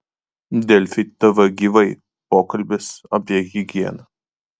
delfi tv gyvai pokalbis apie higieną